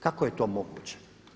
Kako je to moguće?